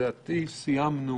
לדעתי סיימנו